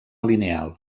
lineal